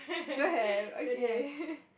don't have okay